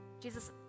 Jesus